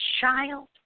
child